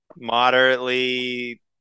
moderately